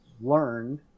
learned